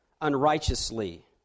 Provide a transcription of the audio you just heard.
unrighteously